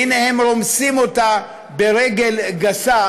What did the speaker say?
והינה הם רומסים אותה ברגל גסה.